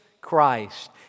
Christ